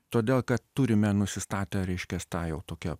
todėl kad turime nusistatę reiškias tą jau tokią